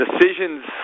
decisions